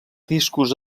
discos